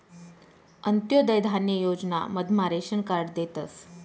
अंत्योदय धान्य योजना मधमा रेशन कार्ड देतस